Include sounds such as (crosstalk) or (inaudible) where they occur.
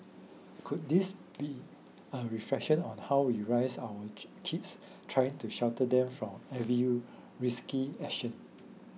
could this be a reflection on how we raise our (noise) kids trying to shelter them from every risky action